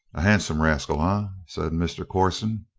a handsome rascal, ah? said mr. corson.